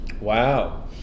Wow